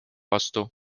vastu